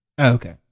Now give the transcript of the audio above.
Okay